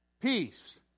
peace